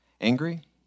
angry